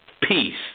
peace